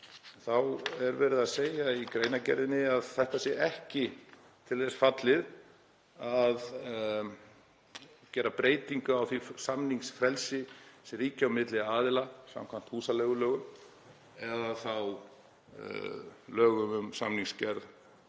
mánaða er sagt í greinargerðinni að þetta sé ekki til þess fallið að gera breytingu á því samningsfrelsi sem ríki milli aðila samkvæmt húsaleigulögum eða lögum um samningsgerð,